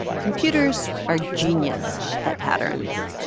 computers are genius at patterns.